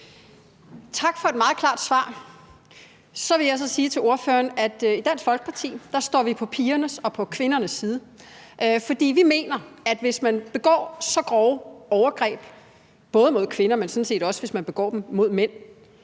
Tak for et meget klart svar. Så vil jeg sige til ordføreren, at vi i Dansk Folkeparti står på pigernes og på kvindernes side. For vi mener, at hvis man begår så grove overgreb, både mod kvinder, men sådan set også, hvis man begår dem mod mænd,